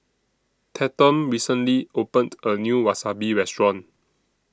Tatum recently opened A New Wasabi Restaurant